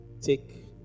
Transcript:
take